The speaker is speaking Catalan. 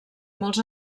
molts